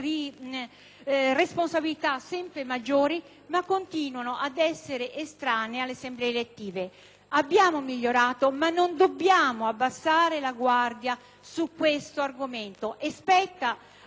Abbiamo migliorato, ma non dobbiamo abbassare la guardia su questo argomento e spetta, a mio giudizio, proprio a noi donne, e proprio in queste Aula, tenerlo alto. Dobbiamo farlo tutte insieme, perché è evidente